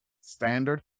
Standard